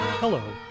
Hello